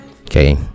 okay